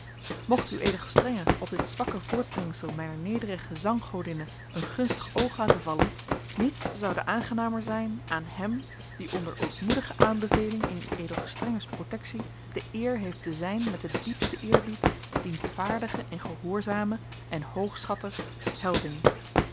mocht ueg op dit zwakke voortbrengsel mijner nederige zanggodinne een gunstig oog laten vallen niets zoude aangenamer zijn aan hem die onder ootmoedige aanbeveling in uegs protectie de eer heeft te zijn met den diepsten eerbied ueg dienstvaardige en gehoorzame dienaar en hoogschatter lucas helding